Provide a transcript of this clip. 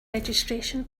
registration